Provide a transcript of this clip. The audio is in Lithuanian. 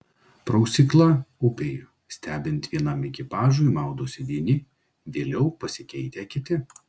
prausykla upėje stebint vienam ekipažui maudosi vieni vėliau pasikeitę kiti